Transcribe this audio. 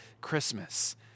Christmas